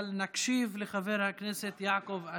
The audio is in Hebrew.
אבל נקשיב לחברי הכנסת יעקב אשר,